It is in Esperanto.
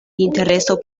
intereso